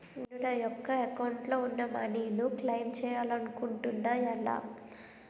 నేను నా యెక్క అకౌంట్ లో ఉన్న మనీ ను క్లైమ్ చేయాలనుకుంటున్నా ఎలా?